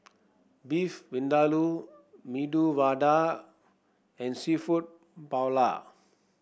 Beef Vindaloo Medu Vada and seafood Paella